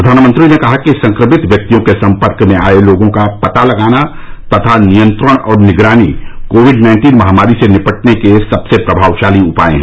प्रधानमंत्री ने कहा कि संक्रमित व्यक्तियों के सम्पर्क में आए लोगों का पता लगाना तथा नियंत्रण और निगरानी कोविड नाइन्टीन महामारी से निपटने के सबसे प्रभावशाली उपाय हैं